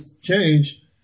change